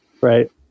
Right